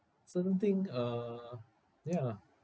certain thing uh ya